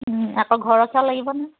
আকৌ ঘৰৰ চাউল লাগিব নহয়